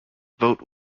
vote